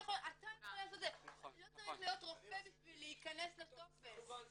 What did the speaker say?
לא צריך להיות רופא בשביל להיכנס לטופס.